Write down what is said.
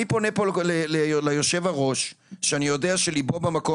אני פונה פה ליושב הראש שאני יודע שליבו במקום